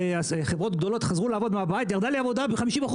חברות גדולות חזרו לעבוד מהבית וירדה לי העבודה ב-50%,